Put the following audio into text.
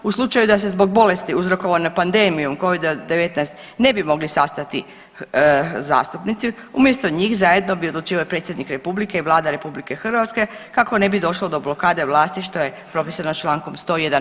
U slučaju da se zbog bolesti uzrokovane pandemijom covida-19 ne bi mogli sastati zastupnici umjesto njih zajedno bi odlučivao i predsjednik republike i Vlada RH kako ne bi došlo do blokade vlasti što je propisano čl. 101.